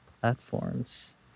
platforms